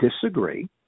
disagree